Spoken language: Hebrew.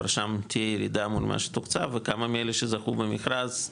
רשמתי ירידה מול מה שתוקצב וכמה מאלה שזכו במכרז,